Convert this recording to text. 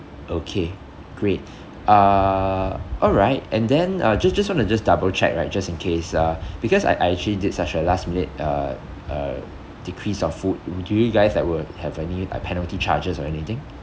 okay great uh alright and then uh just just want to just double check right just in case uh because I I actually did such a last minute uh uh decrease of food wo~ do you guys I will have any uh penalty charges or anything